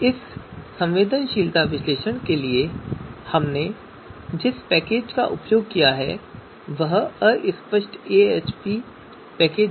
इस संवेदनशीलता विश्लेषण के लिए हम जिस पैकेज का उपयोग करने जा रहे हैं वह अस्पष्ट एएचपी पैकेज है